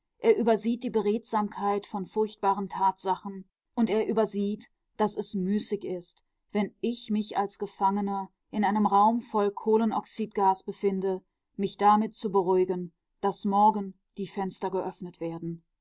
er übersieht die beredsamkeit von furchtbaren tatsachen und er übersieht daß es müßig ist wenn ich mich als gefangener in einem raum voll kohlenoxydgas befinde mich damit zu beruhigen daß morgen die fenster geöffnet werden